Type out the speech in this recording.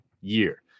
year